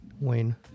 Wayne